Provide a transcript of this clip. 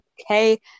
okay